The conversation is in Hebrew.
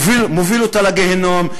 מוביל אותה לגיהינום,